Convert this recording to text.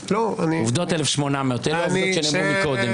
העובדות הן 1,800. אלה העובדות שנאמרו קודם,